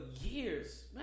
years